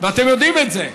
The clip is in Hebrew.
ואתם יודעים את זה.